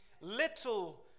Little